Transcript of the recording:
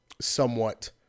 somewhat